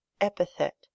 epithet